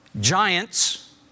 giants